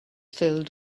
filled